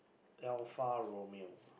Alfa-Romeo